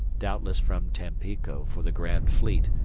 doubtless from tampico for the grand fleet,